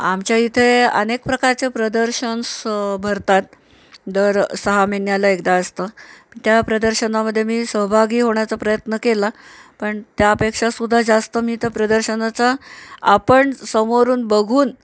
आमच्या इथे अनेक प्रकारचे प्रदर्शन भरतात दर सहा महिन्याला एकदा असतं त्या प्रदर्शनामध्ये मी सहभागी होण्याचा प्रयत्न केला पण त्यापेक्षासुद्धा जास्त मी त्या प्रदर्शनाचा आपण समोरून बघून